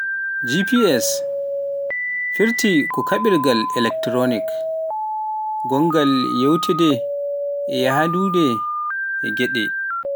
GPS firti ko kaɓirgal elektoronik gonngal e yiytude e yahdude e geɗe